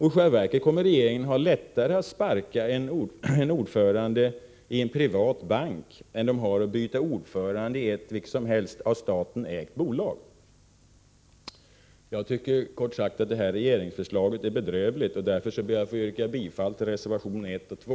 I själva verket kommer regeringen att ha lättare att sparka en ordförande i en privat bank än att byta ordförande i ett, vilket som helst, av staten ägt bolag! Jag tycker kort sagt att detta regeringsförslag är bedrövligt. Därför ber jag att få yrka bifall till reservationerna 1 och 2.